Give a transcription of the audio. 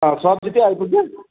अँ सब्जी चाहिँ आइपुग्यो